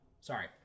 sorry